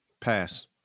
Pass